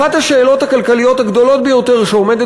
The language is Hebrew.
אחת השאלות הכלכליות הגדולות ביותר שעומדות